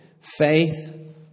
Faith